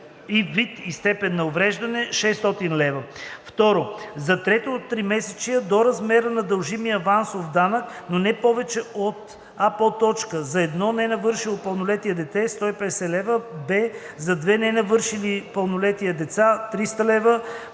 вид и степен на увреждане – 600 лв.;